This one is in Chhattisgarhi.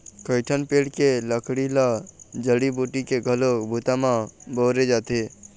कइठन पेड़ के लकड़ी ल जड़ी बूटी के घलोक बूता म बउरे जाथे